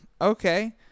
Okay